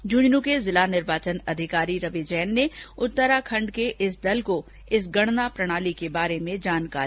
झंझन के जिला निर्वाचन अधिकारी रवि जैन ने उत्तराखंड के इस दल को इस गणना प्रणाली के बारे में बताया